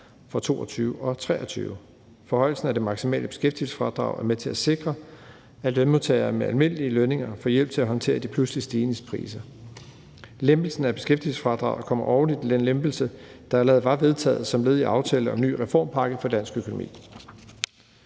for 2022 og 2023. Forhøjelsen af det maksimale beskæftigelsesfradrag er med til at sikre, at lønmodtagere med almindelige lønninger får hjælp til at håndtere de pludseligt stigende priser. Lempelsen af beskæftigelsesfradraget kommer oven i den lempelse, der allerede var vedtaget som led i aftalen »En ny reformpakke for dansk økonomi«.